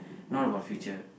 not about future